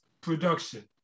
production